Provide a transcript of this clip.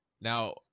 now